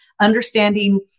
understanding